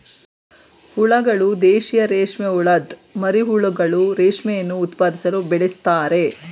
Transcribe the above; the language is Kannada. ಹುಳಗಳು ದೇಶೀಯ ರೇಷ್ಮೆಹುಳದ್ ಮರಿಹುಳುಗಳು ರೇಷ್ಮೆಯನ್ನು ಉತ್ಪಾದಿಸಲು ಬೆಳೆಸ್ತಾರೆ